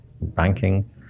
banking